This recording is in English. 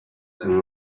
and